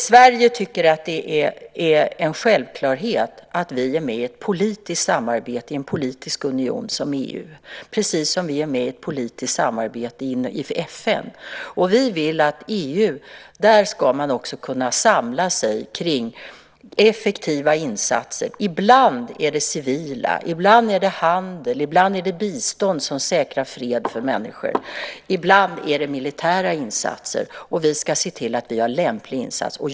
Sverige tycker att det är en självklarhet att vi är med i ett politiskt samarbete i en politisk union som EU precis som vi är med i ett politiskt samarbete i FN. Vi vill att man inom EU också ska kunna samla sig kring effektiva insatser. Ibland är det fråga om civila insatser. Ibland är det handel eller bistånd som säkrar fred för människor. Ibland är det fråga om militära insatser. Vi ska se till att vi kan göra lämpliga insatser.